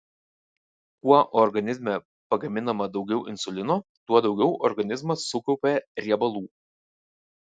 kuo organizme pagaminama daugiau insulino tuo daugiau organizmas sukaupia riebalų